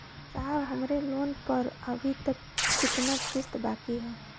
साहब हमरे लोन पर अभी कितना किस्त बाकी ह?